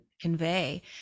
convey